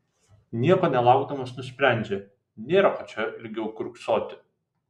nieko nelaukdamas nusprendžia nėra ko čia ilgiau kiurksoti